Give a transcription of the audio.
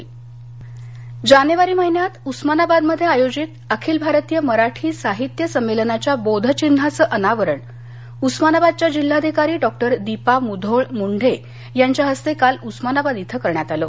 साहित्य संमेलन बोधचिन्ह उस्मानाबाद जानेवारी महिन्यात उस्मानाबादमध्ये आयोजित अखिल भारतीय मराठी साहित्य संमेलनाच्या बोधचिन्हाचं अनावरण उस्मानाबादच्या जिल्हाधिकारी डॉक्टर दीपा मुधोळ मुंढे यांचा हस्ते काल उस्मानाबाद इथं करण्यात आलं